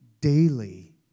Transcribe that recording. daily